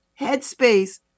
headspace